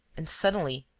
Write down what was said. and, suddenly,